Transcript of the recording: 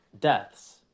deaths